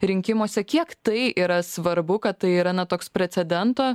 rinkimuose kiek tai yra svarbu kad tai yra na toks precedento